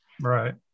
Right